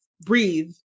breathe